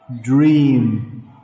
Dream